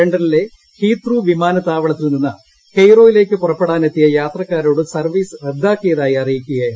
ലണ്ടനിലെ ഹീത്രു പ്രീമാനത്താവളത്തിൽ നിന്ന് കെയ്റോയിലേക്ക് പുറപ്പെടാനെത്തിയും യ്മാത്രക്കാരോട് സർവ്വീസ് റദ്ദാക്കിയതായി അറിയിക്കുകയായിരുന്നു